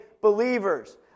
believers